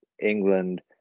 England